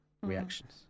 Reactions